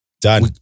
Done